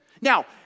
Now